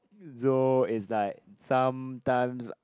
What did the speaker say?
so it's like sometimes